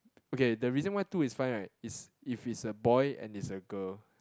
okay the reason why two is fine right is if it's a boy and it's a girl